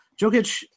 Jokic